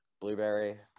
blueberry